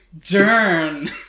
Dern